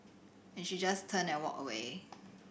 and she just turned and walked away